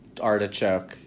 artichoke